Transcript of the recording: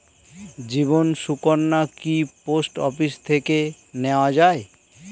জীবন সুকন্যা কি post office থেকে নেওয়া যায়?